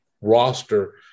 roster